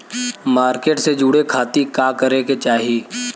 Market से जुड़े खाती का करे के चाही?